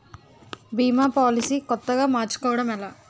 భీమా policy కొత్తగా మార్చుకోవడం ఎలా?